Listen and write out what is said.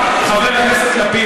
חבר הכנסת לפיד,